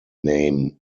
name